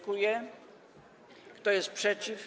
Kto jest przeciw?